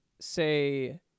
say